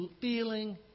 feeling